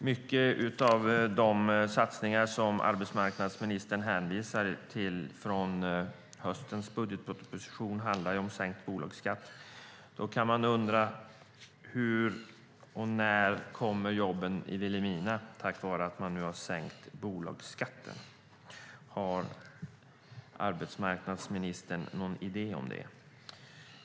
Mycket av de satsningar som arbetsmarknadsministern hänvisar till från höstens budgetproposition handlar om sänkt bolagsskatt. Man kan undra hur och när jobben kommer till Vilhelmina tack vare den sänkta bolagsskatten. Har arbetsmarknadsministern någon idé?